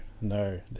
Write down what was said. no